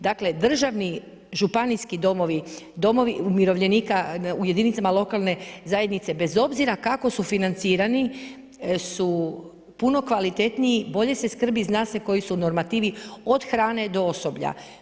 Dakle, državni županijski domovi, domovi umirovljenika u jedinicama lokalne zajednice bez obzira kako su financirani su puno kvalitetniji, bolje se skrbi, zna se koji su normativi od hrane do osoblja.